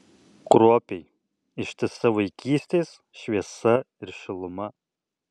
kruopiai ištisa vaikystės šviesa ir šiluma